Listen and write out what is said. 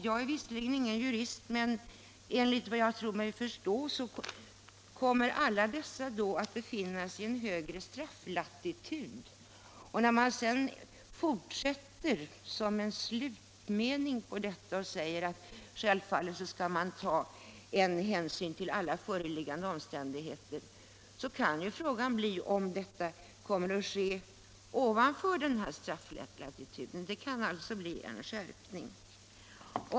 Jag är visserligen ingen jurist, men enligt vad jag tror mig förstå kommer då alla sådana brott att hamna i en högre strafflatitud. Utskottet fortsätter sedan med att säga att man självfallet skall ta hänsyn till alla föreliggande omständigheter. Man frågar sig då om detta kommer att ske ovanför denna strafflatitud. Följden kan alltså bli en skärpning.